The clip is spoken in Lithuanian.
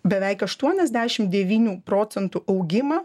beveik aštuoniasdešim devynių procentų augimą